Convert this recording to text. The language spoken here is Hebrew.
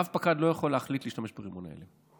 רב-פקד לא יכול להחליט להשתמש ברימוני הלם.